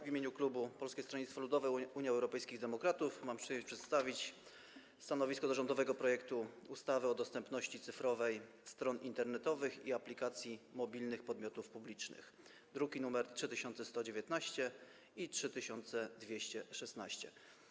W imieniu klubu Polskiego Stronnictwa Ludowego - Unii Europejskich Demokratów mam przyjemność przedstawić stanowisko wobec rządowego projektu ustawy o dostępności cyfrowej stron internetowych i aplikacji mobilnych podmiotów publicznych, druki nr 3119 i 3216.